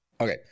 Okay